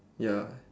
ya